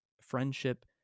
friendship